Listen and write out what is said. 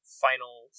final